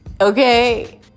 Okay